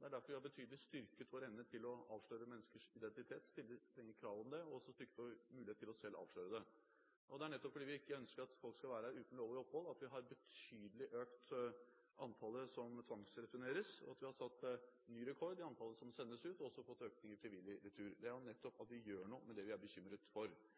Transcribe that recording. Det er derfor vi har styrket betydelig vår evne til å avsløre menneskers identitet. Vi stiller strenge krav når det gjelder det, og har styrket vår mulighet til selv å avsløre det. Det er nettopp fordi vi ikke ønsker at folk skal være her uten lovlig opphold, at vi har økt betydelig antallet som tvangsreturneres, at vi har satt ny rekord når det gjelder antallet som sendes ut, og har også fått økning når det gjelder frivillig retur. Det er nettopp slik at vi gjør noe med det vi er bekymret